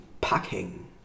packing